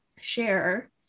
share